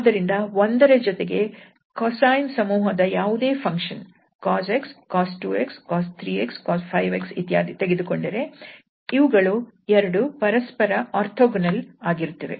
ಆದ್ದರಿಂದ 1 ರ ಜೊತೆಗೆ cosine ಸಮೂಹದ ಯಾವುದೇ function cos 𝑥 cos 2𝑥 cos 3𝑥 cos 5𝑥 ಇತ್ಯಾದಿ ತೆಗೆದುಕೊಂಡರೆ ಇವುಗಳು 2 ಎರಡು ಪರಸ್ಪರ ಓರ್ಥೋಗೊನಲ್ ಆಗಿರುತ್ತವೆ